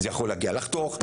זה יכול להגיע לחתוך,